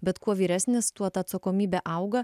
bet kuo vyresnis tuo ta atsakomybė auga